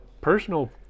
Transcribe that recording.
personal